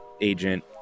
agent